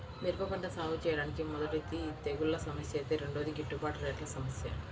మిరప పంట సాగుచేయడానికి మొదటిది తెగుల్ల సమస్య ఐతే రెండోది గిట్టుబాటు రేట్ల సమస్య